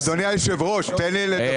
אדוני היושב-ראש, תן לי לדבר.